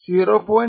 0